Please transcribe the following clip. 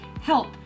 help